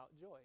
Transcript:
joy